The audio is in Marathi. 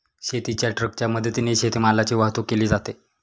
शेतीच्या ट्रकच्या मदतीने शेतीमालाची वाहतूक केली जाते